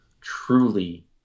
truly